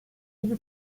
gibi